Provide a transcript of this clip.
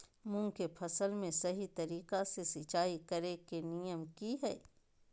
मूंग के फसल में सही तरीका से सिंचाई करें के नियम की हय?